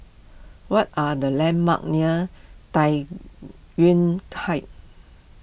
what are the landmarks near Tai Yuan Heights